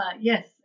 yes